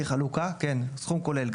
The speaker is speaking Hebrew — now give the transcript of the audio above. כן, סכום כולל.